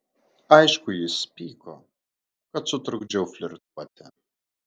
aišku jis pyko kad sutrukdžiau flirtuoti